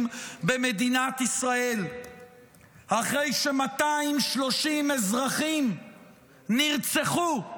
במדינת ישראל אחרי ש-230 אזרחים נרצחו,